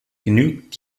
genügt